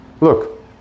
Look